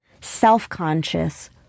self-conscious